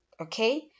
okay